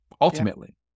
ultimately